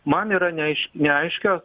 man yra ne iš neaiškios